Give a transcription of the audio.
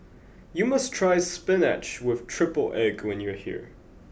you must try Spinach with triple egg when you are here